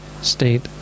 state